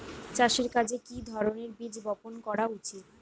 চাষের কাজে কি ধরনের বীজ বপন করা উচিৎ?